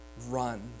run